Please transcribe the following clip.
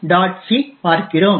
c பார்க்கிறோம்